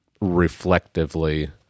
reflectively